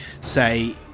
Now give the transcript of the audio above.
say